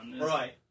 right